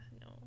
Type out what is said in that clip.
no